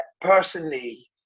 personally